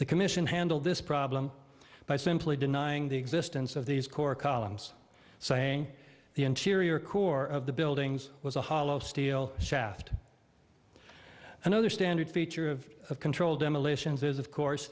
the commission handled this problem by simply denying the existence of these core columns saying the interior core of the buildings was a hollow steel shaft another standard feature of a controlled demolitions is of course